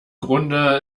grunde